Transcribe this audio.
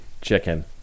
Chicken